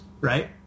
right